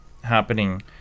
happening